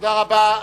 תודה רבה.